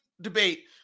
debate